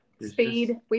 speed